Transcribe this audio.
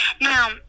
Now